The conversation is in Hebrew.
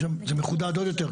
זה מחודד עוד יותר.